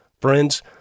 Friends